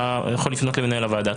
אתה יכול לפנות למנהל הוועדה.